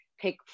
pick